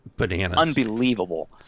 unbelievable